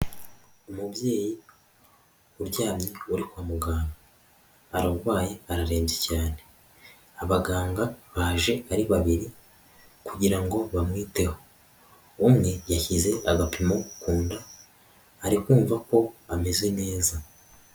Umubyeyi uryamye uri kwa muganga. Ararwaye ararembye cyane. Abaganga baje ari babiri kugira ngo bamwiteho. Umwe yashyize agapimo ku nda, ari kumva ko ameze neza.